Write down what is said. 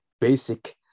basic